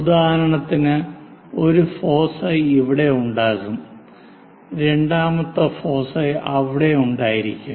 ഉദാഹരണത്തിന് ഒരു ഫോസൈ ഇവിടെ ഉണ്ടാകും രണ്ടാമത്തെ ഫോസൈ അവിടെ ഉണ്ടായിരിക്കാം